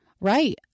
Right